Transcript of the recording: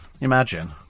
Imagine